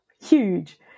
Huge